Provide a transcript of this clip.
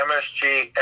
MSG